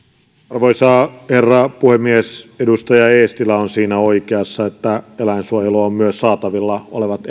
arvoisa herra puhemies edustaja eestilä on siinä oikeassa että eläinsuojelua ovat myös saatavilla olevat